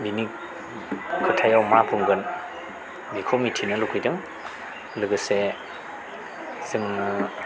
बिनि खोथायाव मा बुंगोन बेखौ मिथिनो लुबैदों लोगोसे जोंङो